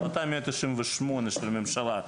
החלטה 198 של הממשלה,